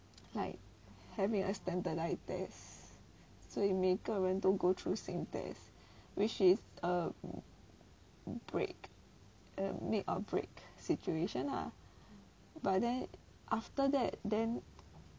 like having a standardise test 所以每个人都 go through same test which is a break a make or break situation lah but then after that then